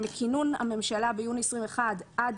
-- נמסר שמכינון הממשלה ביוני 21' עד